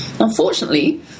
Unfortunately